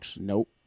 Nope